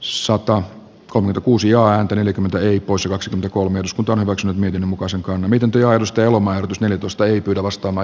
sota kolme kuusi joa neljäkymmentä eri poissa kaksi kolme uskontoon omaksunut niiden mukaan se miten työ arvostelu majoitusvälitystä ei pidä vastaava